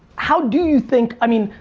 how do you think, i mean,